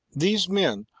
these men,